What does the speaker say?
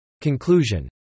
Conclusion